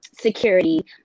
Security